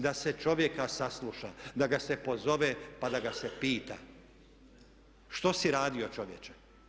Da se čovjeka sasluša, da ga se pozove pa da ga se pita što si radio čovječe?